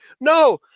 No